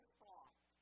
thought